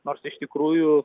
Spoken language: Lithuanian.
nors iš tikrųjų